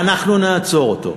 ואנחנו נעצור אותו.